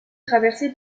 traversée